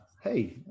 hey